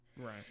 right